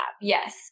yes